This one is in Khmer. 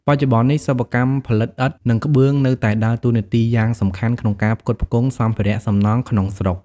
បច្ចុប្បន្ននេះ សិប្បកម្មផលិតឥដ្ឋ និងក្បឿងនៅតែដើរតួនាទីយ៉ាងសំខាន់ក្នុងការផ្គត់ផ្គង់សម្ភារៈសំណង់ក្នុងស្រុក។